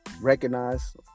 recognize